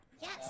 yes